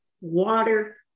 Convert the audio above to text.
water